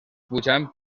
pujant